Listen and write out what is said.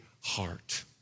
heart